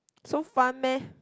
so fun meh